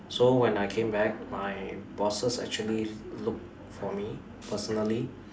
so when I came back my bosses actually looked for me personally